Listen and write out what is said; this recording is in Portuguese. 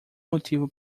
motivo